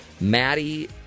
Maddie